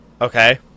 okay